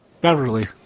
Beverly